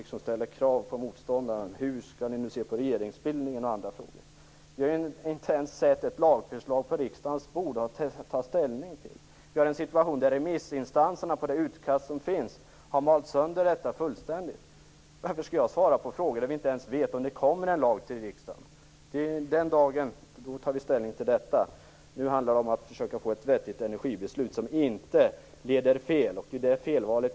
Hon ställer krav på motståndaren: Hur skall ni nu se på regeringsbildningen? Vi har ju inte ens ett lagförslag på riksdagens bord att ta ställning till. Vi har en situation där remissinstanserna fullständigt har malt sönder det utkast som finns. Varför skall jag svara på frågor när vi inte ens vet om det kommer en lag till riksdagen? Den dagen tar vi ställning till detta. Nu handlar det om att försöka få ett vettigt energibeslut som inte leder fel. Ni gör ett felval.